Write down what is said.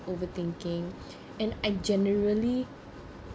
overthinking and I generally